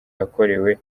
yakorewe